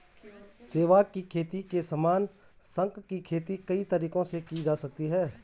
शैवाल की खेती के समान, शंख की खेती कई तरीकों से की जा सकती है